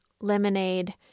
Lemonade